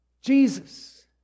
Jesus